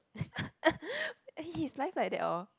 his life like that orh